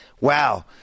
wow